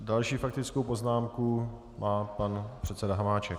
Další faktickou poznámku má pan předseda Hamáček.